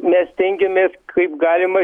mes stengiamės kaip galima